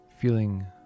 feeling